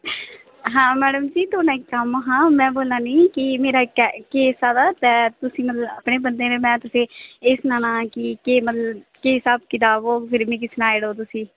आं मैडम जी थुआढ़े कन्नै इक्क कम्म हा में बोल्ला नी की मेरा इक्क केस आवा दा ते मेरे बंदे इस दा ना की केह् मतलब केह् स्हाब कताब होग मिगी सनाई ओड़ेओ तुसी